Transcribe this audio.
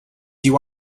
you